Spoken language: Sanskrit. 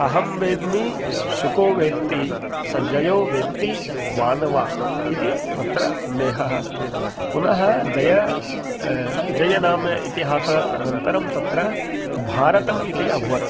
अहं वेद्मि शुको वेत्ति सञ्जयो वेत्ति वा न वा इति तत्र सन्देहः अस्ति पुनः जय जयनामेतिहासः अनन्तरं तत्र भारतम् इति अभवत्